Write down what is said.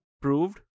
proved